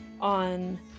on